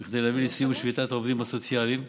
כדי להביא לסיום שביתת העובדים הסוציאליים,